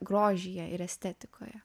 grožyje ir estetikoje